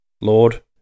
Lord